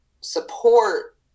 support